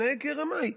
התנהג כרמאי.